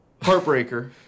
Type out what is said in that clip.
Heartbreaker